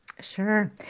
Sure